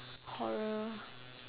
horror